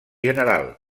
general